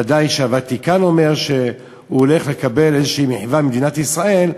ודאי שהוותיקן אומר שהוא הולך לקבל מחווה כלשהי ממדינת ישראל,